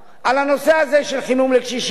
על הנושא הזה של חימום לקשישים.